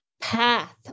path